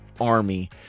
army